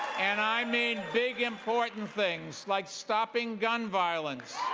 and i mean big, important things like stopping gun violence.